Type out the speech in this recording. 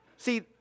See